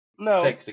No